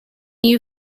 you